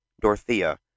Dorothea